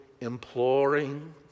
imploring